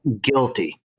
guilty